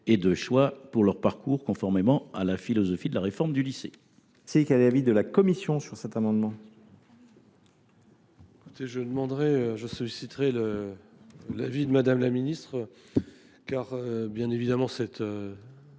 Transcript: et de choix pour leur parcours, conformément à la philosophie de la réforme du lycée.